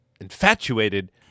infatuated